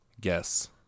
Guess